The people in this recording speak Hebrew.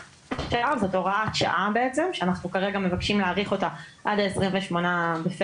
זאת הוראת שעה בעצם שאנחנו כרגע מבקשים להאריך אותה עד ה-28 בפברואר.